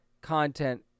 content